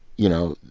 you know,